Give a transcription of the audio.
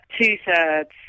two-thirds